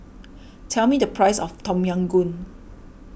tell me the price of Tom Yam Goong